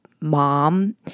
mom